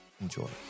Enjoy